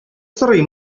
сорый